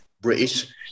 British